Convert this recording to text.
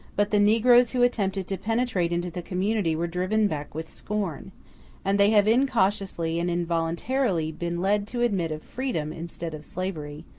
but the negroes who attempted to penetrate into the community were driven back with scorn and they have incautiously and involuntarily been led to admit of freedom instead of slavery,